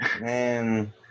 Man